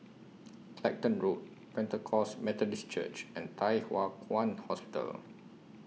Clacton Road Pentecost Methodist Church and Thye Hua Kwan Hospital